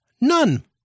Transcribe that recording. none